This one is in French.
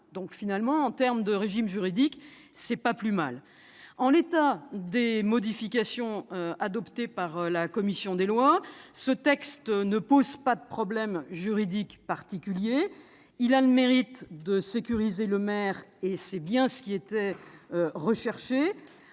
contraint. En termes de régime juridique, ce n'est pas plus mal. En l'état des modifications adoptées par la commission des lois, ce texte ne pose pas de problème juridique particulier. Il a le mérite de sécuriser le maire, ce qui était le but recherché.